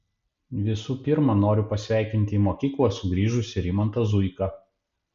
visų pirma noriu pasveikinti į mokyklą sugrįžusį rimantą zuiką